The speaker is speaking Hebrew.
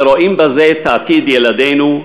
ורואים בזה את עתיד ילדינו,